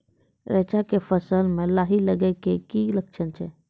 रैचा के फसल मे लाही लगे के की लक्छण छै?